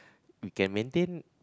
we can maintain